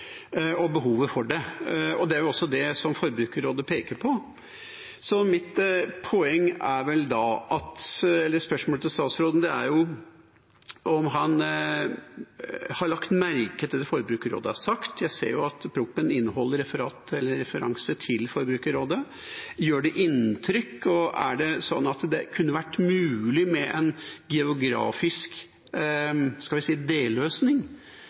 og behovet for det. Det er også det Forbrukerrådet peker på, så mitt spørsmål til statsråden er vel da om han har lagt merke til det Forbrukerrådet har sagt. Jeg ser jo at proposisjonen inneholder referanse til Forbrukerrådet. Gjør det inntrykk, og er det sånn at det kunne vært mulig med en geografisk delløsning? Da snakker vi